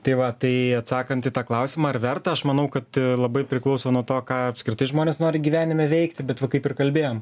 tai va tai atsakant į tą klausimą ar verta aš manau kad labai priklauso nuo to ką apskritai žmonės nori gyvenime veikti bet va kaip ir kalbėjom